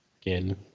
again